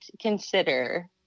consider